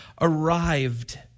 arrived